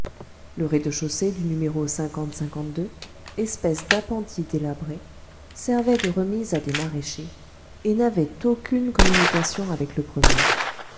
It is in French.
le rez-de-chaussée du numéro espèce d'appentis délabré servait de remise à des maraîchers et n'avait aucune communication avec le premier